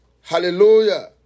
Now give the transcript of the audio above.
Hallelujah